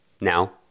now